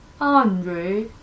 Andre